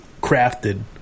crafted